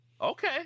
okay